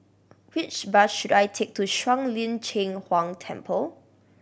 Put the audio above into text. which bus should I take to Shuang Lin Cheng Huang Temple